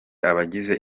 abagize